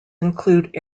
included